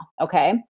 okay